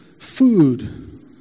food